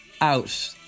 out